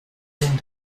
studium